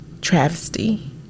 travesty